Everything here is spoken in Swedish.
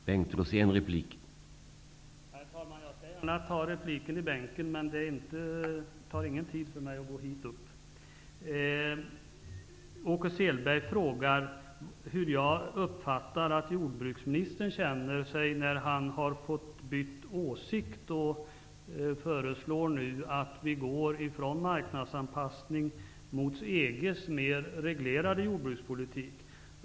Herr talman! Jag skall gärna avge repliken från bänken, men det tar så liten tid för mig att gå upp i talarstolen. Åke Sehlberg frågade hur jag uppfattade att jordbruksministern känner sig när han har fått byta åsikt. Jordbruksministern föreslår nu att vi skall gå ifrån marknadsanpassning mot EG:s mer reglerade jordbrukspolitik.